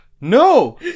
No